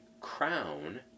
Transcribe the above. crown